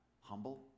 humble